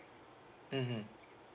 mmhmm